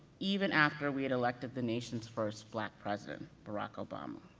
even after we had elected the nation's first black president, barack obama.